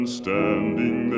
standing